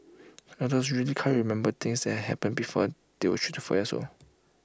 adults usually can remember things that happened before they were three to four years old